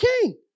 king